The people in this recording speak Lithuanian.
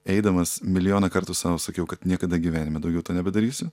eidamas milijoną kartų sau sakiau kad niekada gyvenime daugiau to nebedarysiu